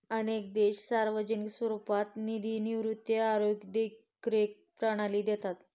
अनेक देश सार्वजनिक स्वरूपात निधी निवृत्ती, आरोग्य देखरेख प्रणाली देतात